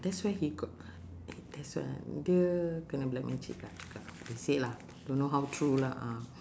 that's where he got eh that's where dia kena black magic lah they say lah don't know how true lah uh